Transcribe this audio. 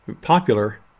popular